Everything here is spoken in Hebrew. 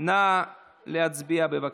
נא להצביע, בבקשה.